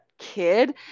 kid